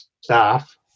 staff